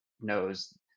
knows